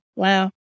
Wow